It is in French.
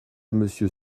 monsieur